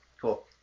Cool